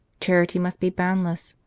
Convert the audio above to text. charity must be boundless,